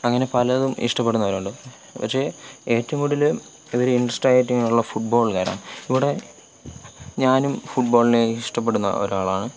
അങ്ങനെ പലതും ഇഷ്ടപ്പെടുന്നവരുണ്ട് പക്ഷേ ഏറ്റവും കൂടുതൽ ഇവർ ഇൻട്രസ്റ്റഡായിട്ടുള്ള ഫുട്ബോൾക്കാരാണ് ഇവിടെ ഞാനും ഫുട്ബോളിനെ ഇഷ്ടപ്പെടുന്ന ഒരാളാണ്